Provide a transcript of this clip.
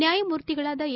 ನ್ಯಾಯಮೂರ್ತಿಗಳಾದ ಎ